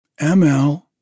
ML